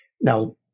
Now